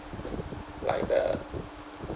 like the